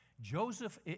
Joseph